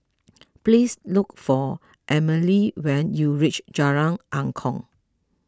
please look for Amelie when you reach Jalan Angklong